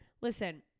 Listen